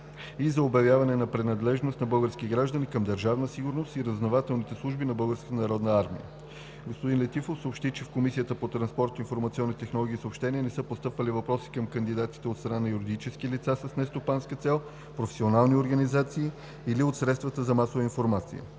и за обявяване на принадлежност на български граждани към „Държавна сигурност“ и разузнавателните служби на Българската народна армия. Господин Летифов съобщи, че в Комисията по транспорт, информационни технологии и съобщения не са постъпвали въпроси към кандидатите от страна на юридически лица с нестопанска цел, професионални организации или от средствата за масова информация.